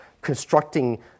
constructing